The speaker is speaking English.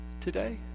today